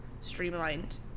streamlined